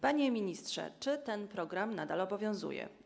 Panie ministrze, czy ten program nadal obowiązuje?